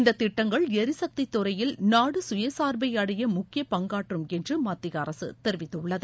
இந்தத் திட்டங்கள் எரிசக்தித் துறையில் நாடு சுயசார்பை அடைய முக்கிய பங்காற்றம் என்று மத்திய அரசு தெரிவித்துள்ளது